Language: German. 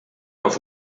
auf